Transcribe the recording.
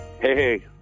Hey